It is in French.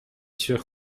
sûr